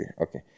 Okay